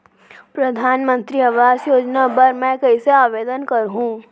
परधानमंतरी आवास योजना बर मैं कइसे आवेदन करहूँ?